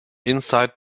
inside